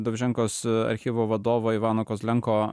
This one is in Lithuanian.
dovženkos archyvo vadovo ivano kozlenko